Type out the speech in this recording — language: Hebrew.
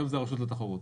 היום זה רשות התחרות.